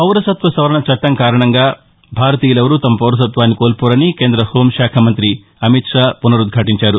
పౌరసత్వ సవరణ చట్టం కారణంగా భారతీయులెవరూ తమ పౌరసత్వాన్ని కోల్పోరని కేంద్ర హోంశాఖ మంతి అమిత్షా పునరుదాటించారు